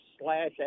slash